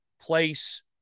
place